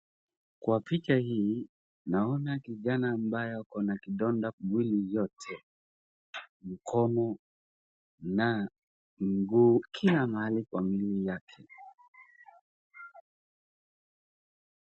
Kwa picha hii naona kijana ambaye ako na kidonda kwa mwili yote mkono na mguu na kila mahali kwa mwili yake.